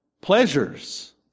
pleasures